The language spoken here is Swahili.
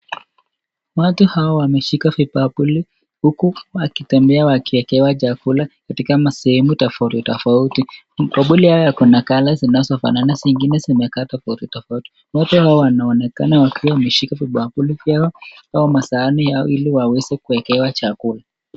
watu hawa wameshika vibakuli huku wakitembea wakiwekewa chakula katika sehemu tofauti tofauti bakuli haya yako na colors zinazo fanana zingine zimekatwa tofauti tofauti moja wao wanaonekana wakiwa wameshika vibakuli vyao sahani yao iliwaweze kuwekewa chakula.